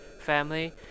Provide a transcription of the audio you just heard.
family